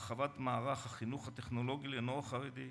הרחבת מערך החינוך הטכנולוגי לנוער חרדי,